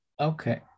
Okay